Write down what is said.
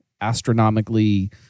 astronomically